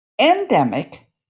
Endemic